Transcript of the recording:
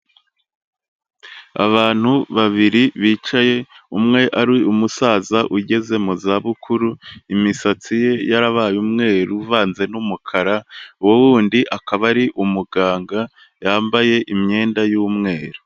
Abantu babiri bicaye, umwe ari umusaza ugeze mu zabukuru, imisatsi ye yarabaye umweru uvanze n'umukara, uwo wundi akaba ari umuganga, yambaye imyenda y'umweru.